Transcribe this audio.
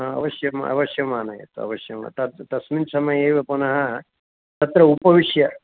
हा अवश्यम् अवश्यम् आनयतु अवश्यं तत् तस्मिन् समये एव पुनः तत्र उपविश्य